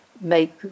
make